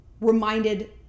reminded